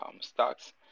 stocks